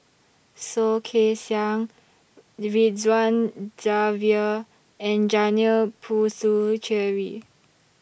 Soh Kay Siang Ridzwan Dzafir and Janil Puthucheary